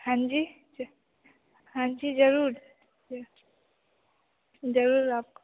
हाँ जी हाँ जी ज़रूर ज़रूर आपको